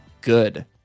good